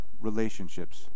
relationships